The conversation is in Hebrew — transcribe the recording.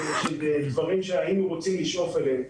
של דברים שהיינו רוצים לשאוף אליהם,